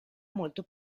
molto